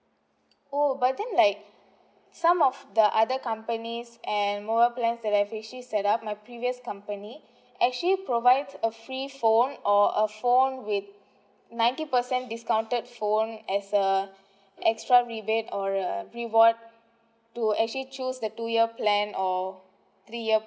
oh but then like some of the other companies and mobile plans that I freshly set up my previous company actually provides a free phone or a phone with ninety percent discounted phone as a extra rebate or a reward to actually choose the two year plan or three year